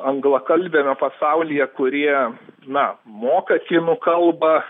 anglakalbiame pasaulyje kurie na moka kinų kalbą